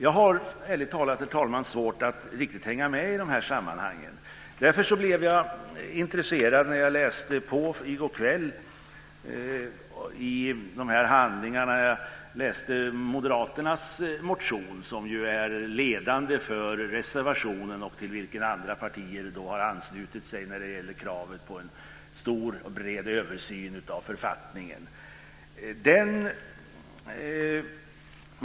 Jag har ärligt talat, herr talman, svårt att riktigt hänga med i de här sammanhangen. Därför blev jag intresserad när jag läste på i går kväll i de här handlingarna. Jag läste Moderaternas motion, som ju är ledande för reservationen till vilken andra partier har anslutit sig när det gäller kravet på en stor och bred översyn av författningen.